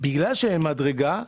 בגלל שהם מדרגה,